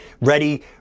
ready